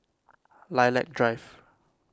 Lilac Drive